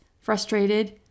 frustrated